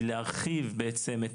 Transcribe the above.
היא להרחיב בעצם את